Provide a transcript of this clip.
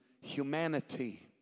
humanity